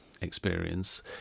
experience